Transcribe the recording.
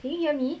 can you hear me